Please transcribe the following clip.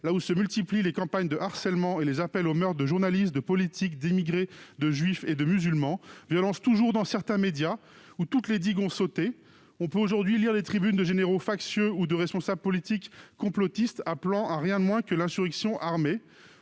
où se multiplient les campagnes de harcèlement et les appels au meurtre de journalistes, de politiques, d'immigrés, de juifs et de musulmans. La violence est aussi dans certains médias, où toutes les digues ont sauté. On peut aujourd'hui lire les tribunes de généraux factieux ou de responsables politiques complotistes, appelant tout simplement à l'insurrection armée.